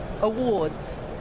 awards